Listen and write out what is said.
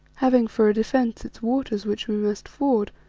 having for a defence its waters which we must ford,